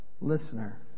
Listener